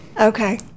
Okay